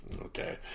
Okay